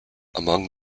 among